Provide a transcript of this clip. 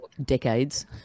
decades